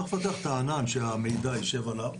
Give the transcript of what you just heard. צריך לפתח את הענן שהמידע יישב עליו.